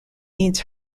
means